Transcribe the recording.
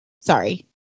Sorry